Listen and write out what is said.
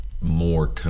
more